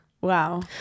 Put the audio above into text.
Wow